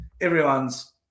everyone's